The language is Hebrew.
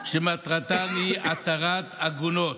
שמטרתן היא התרת עגונות.